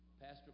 Pastor